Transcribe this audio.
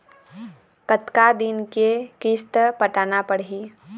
कतका दिन के किस्त पटाना पड़ही?